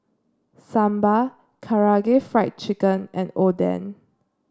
Sambar Karaage Fried Chicken and Oden